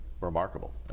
remarkable